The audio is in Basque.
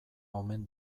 omen